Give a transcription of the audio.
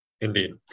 indeed